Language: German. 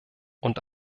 und